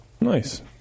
Nice